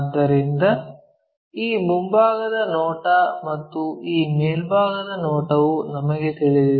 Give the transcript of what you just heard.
ಆದ್ದರಿಂದ ಈ ಮುಂಭಾಗದ ನೋಟ ಮತ್ತು ಈ ಮೇಲ್ಭಾಗದ ನೋಟವು ನಮಗೆ ತಿಳಿದಿದೆ